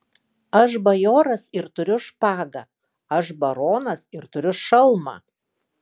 aš bajoras ir turiu špagą aš baronas ir turiu šalmą